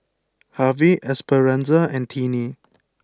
Harvie Esperanza and Tiney